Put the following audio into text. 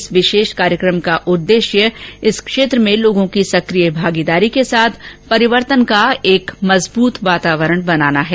उन्होंने कहा कि इस विशेष कार्यक्रम का उद्देश्य इस क्षेत्र में लोगों की संक्रिय भागीदारी के साथ परिवर्तन का एक मजबूत वातावरण बनाना है